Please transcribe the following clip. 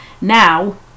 Now